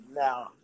now